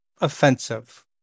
Offensive